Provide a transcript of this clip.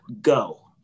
go